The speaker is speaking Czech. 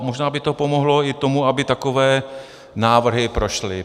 Možná by to pomohlo i tomu, aby takové návrhy prošly.